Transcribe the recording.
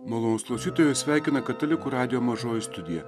malonūs klausytojai sveikina katalikų radijo mažoji studija